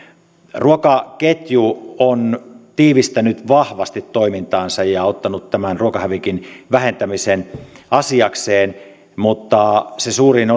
ruokaketju on tiivistänyt vahvasti toimintaansa ja ottanut tämän ruokahävikin vähentämisen asiakseen mutta se suurin